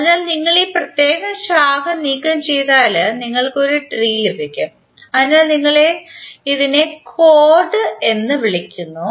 അതിനാൽ നിങ്ങൾ ഈ പ്രത്യേക ശാഖ നീക്കംചെയ്താൽ നിങ്ങൾക്ക് ഒരു ട്രീ ലഭിക്കും അതിനാൽ ഇതിനെ കോർഡ് എന്ന് വിളിക്കുന്നു